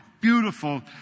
Beautiful